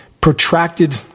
protracted